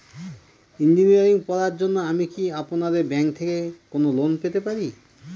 Engineering পড়ার জন্য আমি কি আপনাদের ব্যাঙ্ক থেকে কোন লোন পেতে পারি?